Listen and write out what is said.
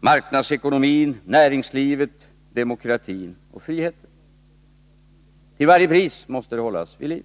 marknadsekonomin, näringslivet, demokratin och friheten. Till varje pris måste det hållas vid liv.